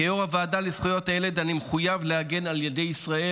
כיו"ר הוועדה לזכויות הילד אני מחויב להגן על ילדי ישראל,